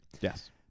Yes